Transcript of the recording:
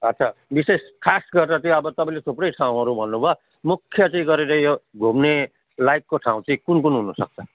आच्छा विशेष खास गरेर चाहिँ अब तपाईँले थुप्रै ठाउँहरू भन्नुभयो मुख्य चाहिँ गरेर यो घुम्ने लाइकको ठाउँ चाहिँ कुन कुन हुनुसक्छ